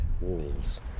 walls